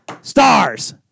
Stars